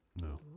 No